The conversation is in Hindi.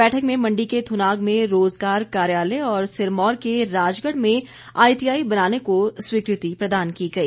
बैठक में मंडी के थुनाग में रोजगार कार्यालय और सिरमौर के राजगढ़ में आईटीआई बनाने को स्वीकृति प्रदान की गई